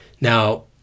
now